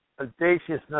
audaciousness